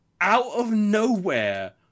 out-of-nowhere